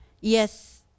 Yes